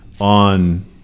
on